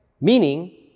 meaning